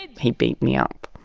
and he beat me up